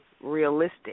realistic